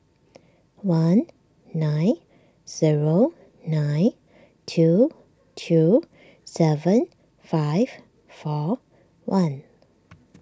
one nine zero nine two two seven five four one